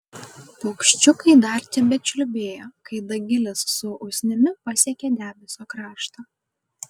paukščiukai dar tebečiulbėjo kai dagilis su usnimi pasiekė debesio kraštą